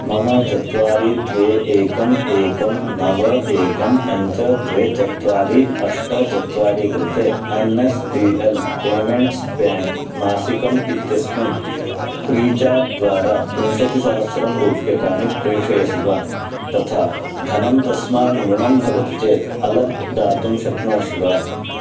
मम चत्वारि द्वे एकम् एकं नव एकं पञ्च द्वे चत्वारि अष्ट चत्वारि कृते N S D L payments bank मासिकम् इत्यस्मिन् फ़्रीचार्ज् द्वारा विंशतिसहस्रं रूप्यकाणि प्रेषयसि वा तथा धनं तस्मात् न्यूनं भवति चेत् अलर्ट् दातुं शक्नोषि वा